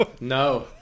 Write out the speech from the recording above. no